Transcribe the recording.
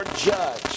judge